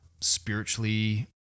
spiritually